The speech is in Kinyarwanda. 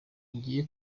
ngiye